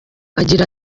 agira